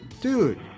dude